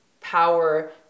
power